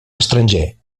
estranger